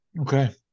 Okay